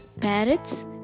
Parrots